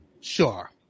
Sure